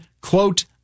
quote